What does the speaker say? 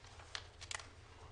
באמת.